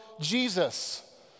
Jesus